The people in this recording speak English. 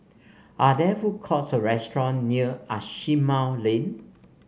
are there food courts or restaurant near Asimont Lane